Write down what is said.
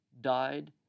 died